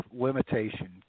limitation